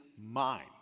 mind